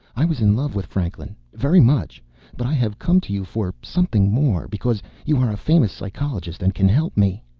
i was in love with franklin very much but i have come to you for something more. because you are a famous psychologist, and can help me.